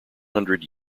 hundred